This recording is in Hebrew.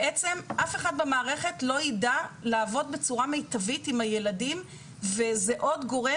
בעצם אף אחד במערכת לא ידע לעבוד בצורה מיטבית עם הילדים וזה עוד גורם